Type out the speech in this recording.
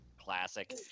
Classic